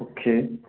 okay